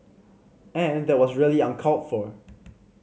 and that was really uncalled for